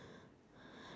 sorry